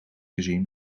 gezien